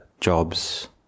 jobs